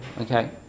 Okay